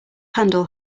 handle